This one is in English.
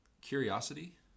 curiosity